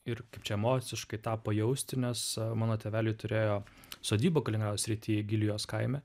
ir kaip čia emociškai tą pajausti nes mano tėveliai turėjo sodybą galinajaus srity gilijos kaime